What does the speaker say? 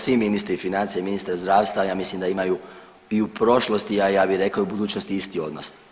Svi ministri financija i ministar zdravstva ja mislim da imaju i u prošlosti, a ja bih rekao i u budućnosti isti odnos.